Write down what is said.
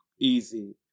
easy